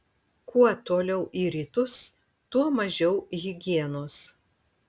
kuo toliau į rytus tuo mažiau higienos